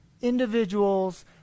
individuals